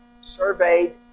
surveyed